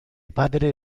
padre